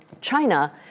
China